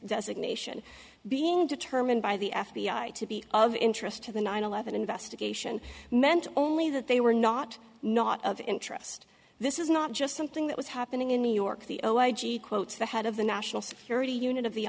designation being determined by the f b i to be of interest to the nine eleven investigation meant only that they were not not of interest this is not just something that was happening in new york the o a g quotes the head of the national security unit of the